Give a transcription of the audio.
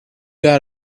got